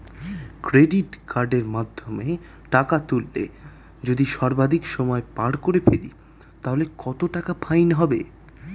Credit কার্ডের মাধ্যমে টাকা তুললে যদি সর্বাধিক সময় পার করে ফেলি তাহলে কত টাকা ফাইন হবে?